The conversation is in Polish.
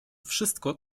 wszystko